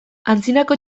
antzinako